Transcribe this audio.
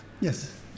Yes